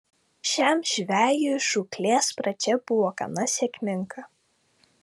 šiam žvejui žūklės pradžia buvo gana sėkminga